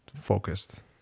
focused